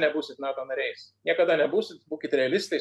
nebūsit nato nariais niekada nebūsit būkit realistais